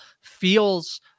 feels